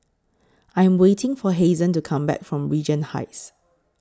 I Am waiting For Hazen to Come Back from Regent Heights